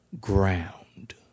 ground